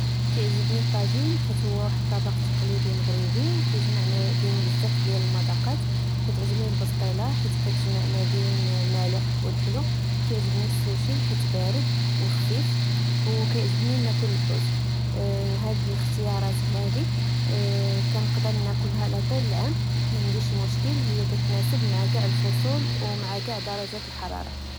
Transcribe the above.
كعجبني الطاجين حيت هو واحد الطبق تقليدي مغربي وكيجمع بين بزاف ديال المذاقات، كتعجبني البسطيلة حيت كتجمع مابين الماح و لحلو، كعجبني. السوشي حيت بارد و خفيف، وكعجبني ناكل الحوت وهاد الإختيارات هادي كنقدر نكلها على طول العام، معنديش مشكل، هي كتناسب مع چاع الفصول ومع چاع درجات الحرارة